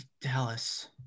Dallas